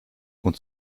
und